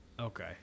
okay